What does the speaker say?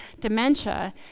dementia